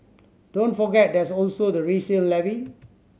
don't forget there's also the resale levy